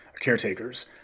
caretakers